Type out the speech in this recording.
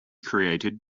created